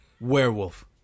Werewolf